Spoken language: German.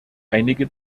einige